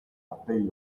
partei